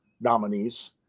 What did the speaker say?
nominees